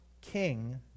king